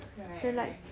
right right